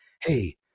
Hey